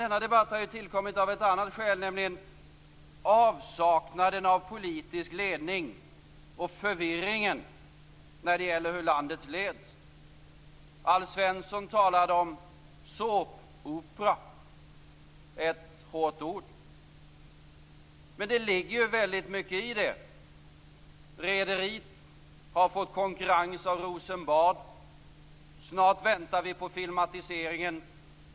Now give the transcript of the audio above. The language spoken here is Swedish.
Denna debatt har tillkommit av ett annat skäl, nämligen avsaknaden av politisk ledning och förvirringen om hur landet leds. Alf Svensson talade om såpopera - ett hårt ord. Men det ligger mycket i det. Rederiet har fått konkurrens av Rosenbad. Snart väntar vi på filmatiseringen.